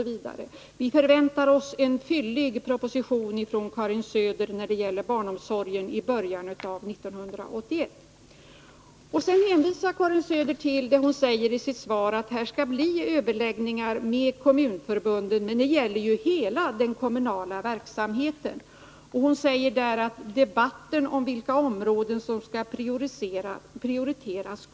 I början av 1981 förväntar vi oss en fyllig proposition från Karin Söder om barnomsorgen. Sedan säger Karin Söder i sitt svar att det skall bli överläggningar med kommunförbunden, men det gäller ju hela den kommunala verksamheten. Hon säger vidare att det kommer att debatteras vilka områden som skall prioriteras.